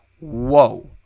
whoa